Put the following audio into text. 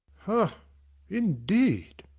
ha indeed!